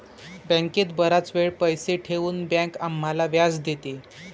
बँकेत बराच वेळ पैसे ठेवून बँक आम्हाला व्याज देते